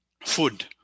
food